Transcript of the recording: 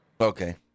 okay